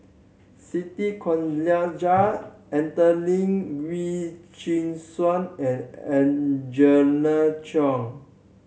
Siti Khalijah Adelene Wee Chin Suan and Angela